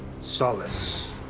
solace